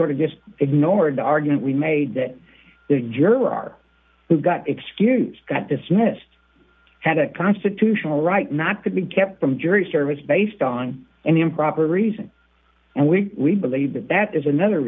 sort of just ignoring the argument we made that the juror who got excused got dismissed had a constitutional right not to be kept from jury service based on an improper reason and we believe that that is another